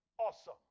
Awesome